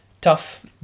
tough